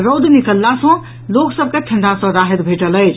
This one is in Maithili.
रौद निकलला सँ लोक सभ के ठंढ़ा सँ राहति भेटल अछि